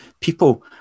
people